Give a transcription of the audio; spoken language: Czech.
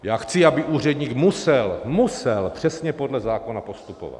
Já chci, aby úředník musel musel přesně podle zákona postupovat.